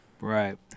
Right